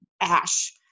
ash